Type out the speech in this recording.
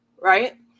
right